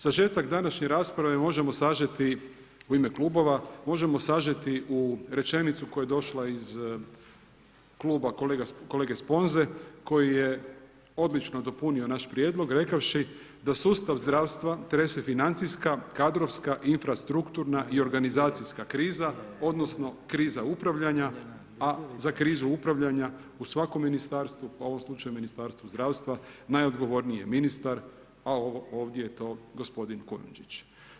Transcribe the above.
Sažetak današnje rasprave možemo sažeti u ime klubova, možemo sažeti u rečenicu koja je došla iz kluba kolege Sponze koji je odlično dopunio naš prijedlog rekavši da sustav zdravstva trese financijska, kadrovska, infrastrukturna i organizacijska kriza odnosno kriza upravljanja a za krizu upravljanja u svakom ministarstvu pa u ovom slučaju Ministarstvu zdravstva, najodgovorniji je ministar a ovdje je to gospodin Kujundžić.